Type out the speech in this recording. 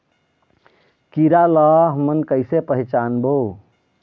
कीरा ला हमन कइसे पहचानबो?